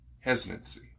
hesitancy